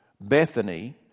Bethany